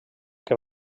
que